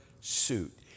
suit